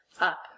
Up